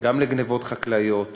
גם לגנבות חקלאיות